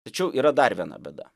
tačiau yra dar viena bėda